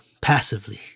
passively